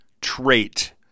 trait